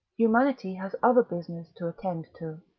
humanity has other business to attend to.